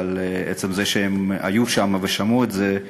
אבל עצם זה שהם היו שם ושמעו את זה,